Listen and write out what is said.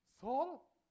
Saul